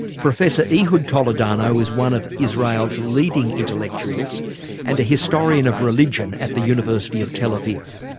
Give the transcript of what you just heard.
professor ehud toledano is one of israel's leading intellectuals and a historian of religion at the university of tel aviv.